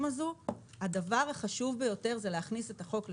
הזאת הדבר החשוב ביותר הוא להכניס את החוק לתוקף,